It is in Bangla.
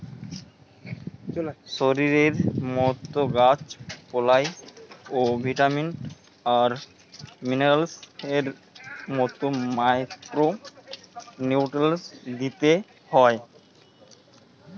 শরীরের মতো গাছ পালায় ও ভিটামিন আর মিনারেলস এর মতো মাইক্রো নিউট্রিয়েন্টস দিতে হয়